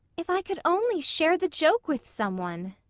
if i could only share the joke with some one!